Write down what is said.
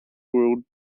world